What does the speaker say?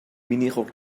minirock